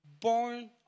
born